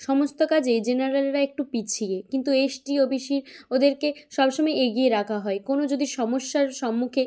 সমস্ত কাজেই জেনারেলরা একটু পিছিয়ে কিন্তু এসটি ওবিসি ওদেরকে সবসময় এগিয়ে রাখা হয় কোনো যদি সমস্যার সম্মুখে